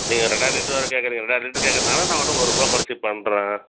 நீங்கள் ரெண்டாயிரம் லிட்டரு கேட்குறீங்க ரெண்டாயிரம் ரேட்டு கேட்குறனால நான் வேணா ஒருரூபா குறச்சி பண்ணுறேன்